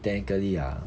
technically ah